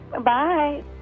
Bye